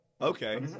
Okay